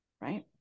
right